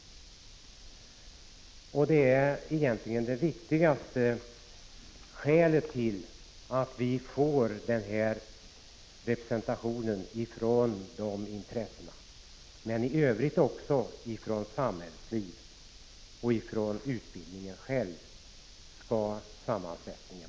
Det är egentligen det viktigaste skälet för att dessa intressen bör vara representerade, lika väl som det bör finnas representanter för samhällslivet och för själva utbildningen.